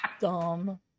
Dumb